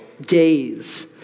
days